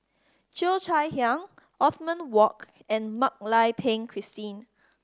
Cheo Chai Hiang Othman Wok and Mak Lai Peng Christine